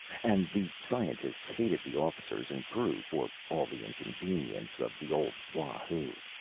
and the scientists hated the officers and crew for all the inconveniences of the old wahoo.